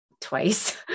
twice